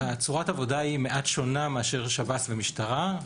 צורת העבודה היא מעט שונה מאשר שב"ס ומשטרה,